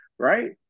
Right